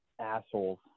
assholes